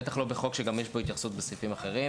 בטח לא בחוק שיש פה התייחסות בסעיפים אחרים.